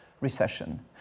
recession